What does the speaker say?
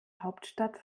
hauptstadt